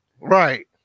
Right